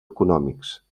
econòmics